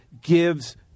gives